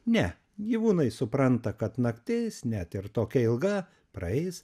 ne gyvūnai supranta kad naktis net ir tokia ilga praeis